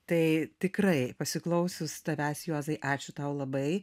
tai tikrai pasiklausius tavęs juozai ačiū tau labai